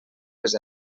les